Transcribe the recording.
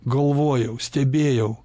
galvojau stebėjau